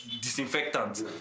disinfectant